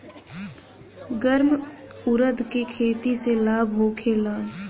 गर्मा उरद के खेती से लाभ होखे ला?